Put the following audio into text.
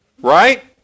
right